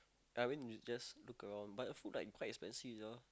I went to just look around but the food like quite expensive sia